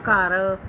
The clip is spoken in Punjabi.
ਘਰ